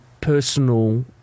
personal